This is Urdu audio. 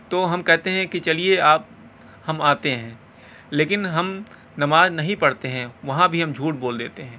تو ہم کہتے ہیں کہ چلیے آپ ہم آتے ہیں لیکن ہم نماز نہیں پڑھتے ہیں وہاں بھی ہم جھوٹ بول دیتے ہیں